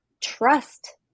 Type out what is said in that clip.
trust